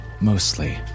mostly